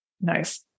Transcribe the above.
Nice